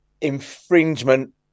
infringement